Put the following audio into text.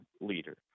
leader